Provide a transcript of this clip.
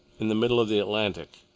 in the middle of the atlantic!